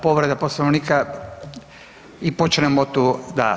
Povreda Poslovnika i počnemo tu, da.